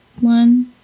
One